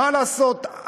מה לעשות,